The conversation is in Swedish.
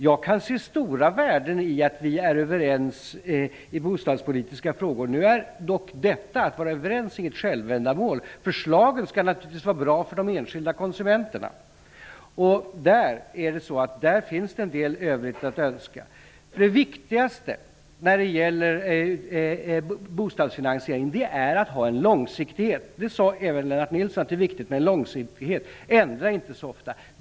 Jag kan se stora värden i att vi är överens i bostadspolitiska frågor. Nu är dock detta att vara överens inget självändamål. Förslagen skall naturligtvis vara bra för de enskilda konsumenterna, och där finns en del övrigt att önska. Det viktigaste när det gäller bostadsfinansiering är att ha en långsiktighet, och det sade även Lennart Nilsson. Ändra inte så ofta!